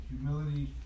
humility